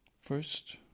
first